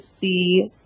see